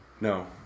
No